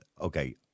okay